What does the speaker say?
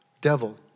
devil